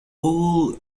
all